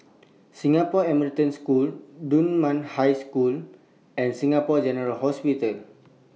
Singapore American School Dunman High School and Singapore General Hospital